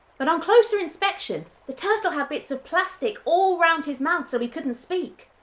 but on closer inspection, the turtle had bits of plastic all around his mouth so he couldn't speak.